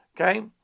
Okay